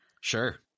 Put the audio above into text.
Sure